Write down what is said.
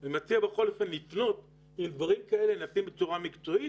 אני מציע לבדוק אם דברים כאלה נעשים בצורה מקצועית.